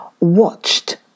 watched